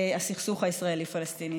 הסכסוך הישראלי פלסטיני.